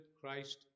Christ